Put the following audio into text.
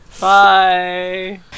Bye